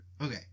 Okay